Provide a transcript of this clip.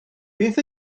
beth